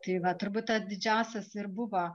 tai turbūt didžiausias ir buvo